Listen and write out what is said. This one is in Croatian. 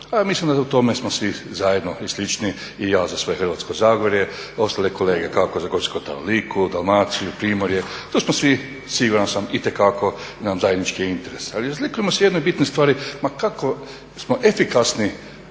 ja mislim da u tome smo svi zajedno i slični i ja za svoje Hrvatsko zagorje, ostale kolege kako za Gorski kotar, Liku, Dalmaciju, Primorje. To smo svi siguran sam itekako nam je zajednički interes, ali razlikujemo se u jednoj bitnoj stvari, ma kako smo efikasni